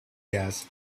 gas